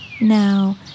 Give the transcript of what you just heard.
Now